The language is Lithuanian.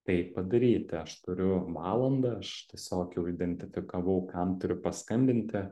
tai padaryti aš turiu valandą aš tiesiog jau identifikavau kam turiu paskambinti